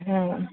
हाँ